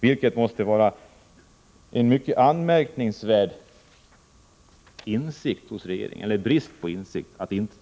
Det är en mycket anmärkningsvärd brist på insikt hos regeringen.